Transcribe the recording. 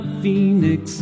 phoenix